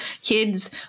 kids